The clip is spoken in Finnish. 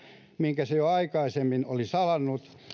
minkä se jo aikaisemmin oli salannut